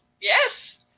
Yes